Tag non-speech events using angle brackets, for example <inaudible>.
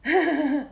<laughs>